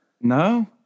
No